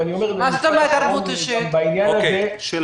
ואני אומר במשפט אחרון גם בעניין הזה -- מה זאת אומרת "ערבות אישית"?